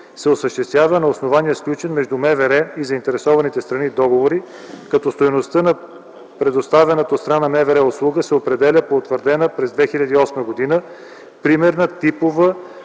се осъществява на основание сключен между МВР и заинтересованите страни договор, като стойността на предоставената охрана от МВР се определя по утвърдена през 2008 г. примерна типова